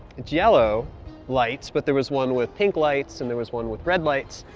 it's yellow lights, but there was one with pink lights, and there was one with red lights,